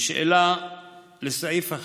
לסעיף 1: